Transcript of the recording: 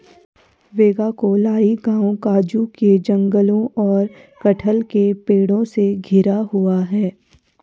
वेगाक्कोलाई गांव काजू के जंगलों और कटहल के पेड़ों से घिरा हुआ है